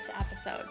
episode